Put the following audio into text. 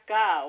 go